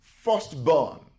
Firstborn